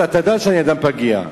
אתה יודע שאני אדם פגיע.